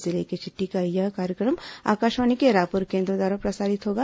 जिले की चिट्ठी का यह कार्यक्रम आकाशवाणी के रायपुर केंद्र द्वारा प्रसारित होगा